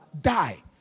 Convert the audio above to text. die